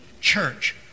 church